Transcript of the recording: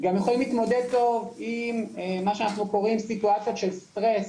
גם יכולים להתמודד טוב עם מה שאנחנו קוראים סיטואציות של סטרס.